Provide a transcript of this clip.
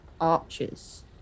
arches